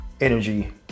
energy